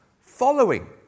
following